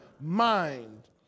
mind